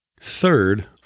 Third